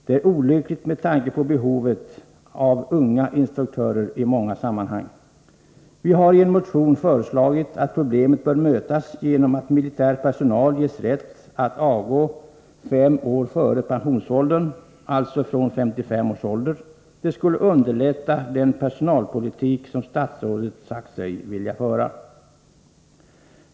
Detta är olyckligt med tanke på att det finns behov av unga instruktörer i många sammanhang. Vi har i en motion föreslagit att problemet bör mötas genom att militär personal ges rätt att avgå fem år före pensionsåldern, alltså från 55 års ålder. Det skulle underlätta den personalpolitik som statsrådet sagt sig vilja föra.